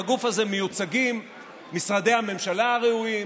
ובגוף הזה מיוצגים משרדי הממשלה הראויים,